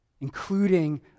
including